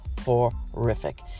horrific